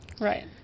Right